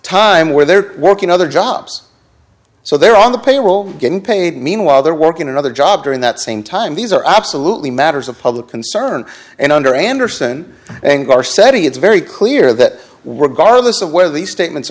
time where they're working other jobs so they're on the payroll getting paid meanwhile they're working another job during that same time these are absolutely matters of public concern and under anderson and our setting it's very clear that we're gardeners of where these statements